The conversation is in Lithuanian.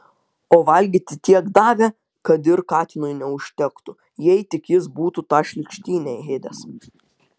o valgyti tiek davė kad ir katinui neužtektų jei tik jis būtų tą šlykštynę ėdęs